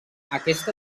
aquesta